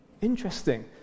interesting